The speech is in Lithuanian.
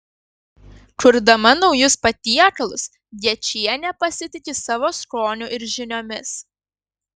kurdama naujus patiekalus gečienė pasitiki savo skoniu ir žiniomis